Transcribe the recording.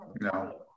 No